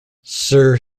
sir